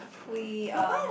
we um